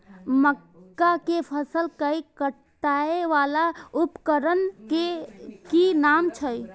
मक्का के फसल कै काटय वाला उपकरण के कि नाम छै?